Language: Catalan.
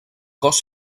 cos